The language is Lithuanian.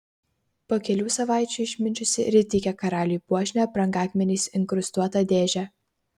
po kelių savaičių išminčius ir įteikė karaliui puošnią brangakmeniais inkrustuotą dėžę